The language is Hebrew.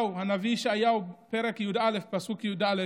הנביא ישעיהו בפרק י"א, פסוק י"א,